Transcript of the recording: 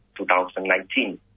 2019